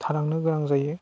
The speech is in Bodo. थालांनो गोनां जायो